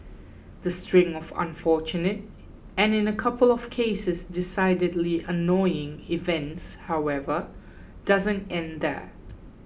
the string of unfortunate and in a couple of cases decidedly annoying events however doesn't end there